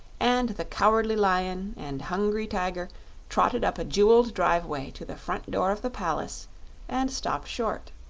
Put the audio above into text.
and the cowardly lion and hungry tiger trotted up a jeweled driveway to the front door of the palace and stopped short.